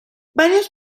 varios